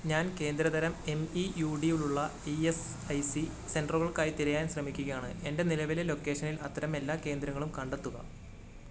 ഞാൻ കേന്ദ്ര തരം എം ഇ യു ഡി ഉള്ള ഇ എസ് ഐ സി സെൻറ്ററുകൾക്കായി തിരയാൻ ശ്രമിക്കുകയാണ് എൻ്റെ നിലവിലെ ലൊക്കേഷനിൽ അത്തരം എല്ലാ കേന്ദ്രങ്ങളും കണ്ടെത്തുക